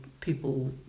people